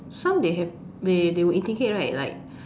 some they have they they will indicate right like